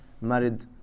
married